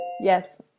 Yes